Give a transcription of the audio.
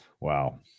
Wow